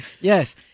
Yes